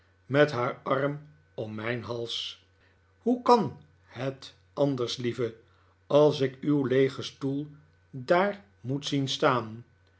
met haar arm om mijn hals hoe kan het anders lieve als ik uw leegen stoel daar moet zien staan